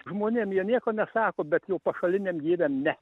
žmonėm jie nieko nesako bet jau pašaliniam gyviam ne